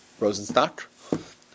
Rosenstock